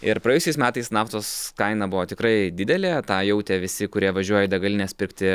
ir praėjusiais metais naftos kaina buvo tikrai didelė tą jautė visi kurie važiuoja į degalines pirkti